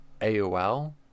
AOL